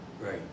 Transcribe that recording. Right